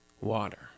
water